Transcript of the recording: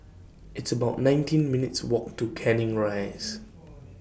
It's about nineteen minutes' Walk to Canning Rise